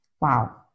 Wow